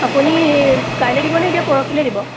আপুনি কাইলৈ দিবনে এতিয়া পৰহিলৈ দিব